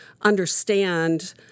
understand